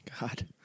God